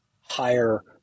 higher